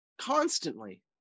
constantly